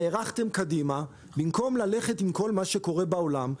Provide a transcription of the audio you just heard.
והארכתם קדימה, במקום ללכת עם כל מה שקורה בעולם.